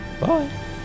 Bye